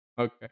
Okay